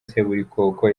seburikoko